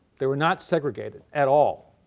they were not segregated at all.